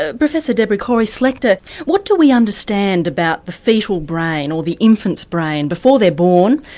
ah professor deborah cory-slechta what do we understand about the foetal brain or the infant's brain before they're born,